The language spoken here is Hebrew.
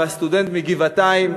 והסטודנט מגבעתיים,